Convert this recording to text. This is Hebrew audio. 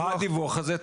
מה הדיווח הזה?